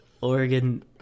Oregon